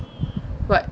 what